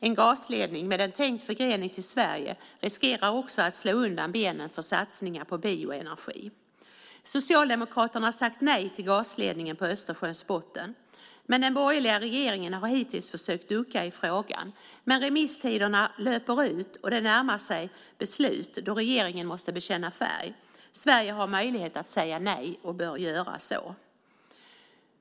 En gasledning med en tänkt förgrening till Sverige riskerar också att slå undan benen för satsningar på bioenergi. Socialdemokraterna har sagt nej till gasledningen på Östersjöns botten. Men den borgerliga regeringen har hittills försökt ducka i frågan. Men remisstiderna löper ut, och det närmar sig beslut då regeringen måste bekänna färg. Sverige har möjlighet att säga nej och bör göra det.